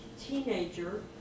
teenager